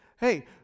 hey